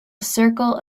circle